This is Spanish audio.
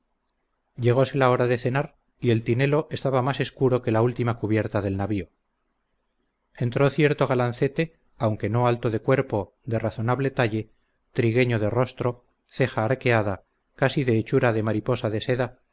llegose la hora de cenar y el tinelo estaba más escuro que la última cubierta del navío entró cierto galancete aunque no alto de cuerpo de razonable talle trigueño de rostro ceja arqueada casi de hechura de mariposa de seda